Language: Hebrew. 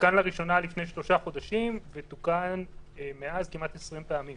עודכן לראשונה לפני 3 חודשים ותוקן מאז כמעט 20 פעמים